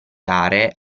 aree